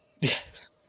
yes